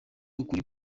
ukuri